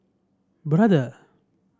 brother